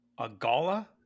Agala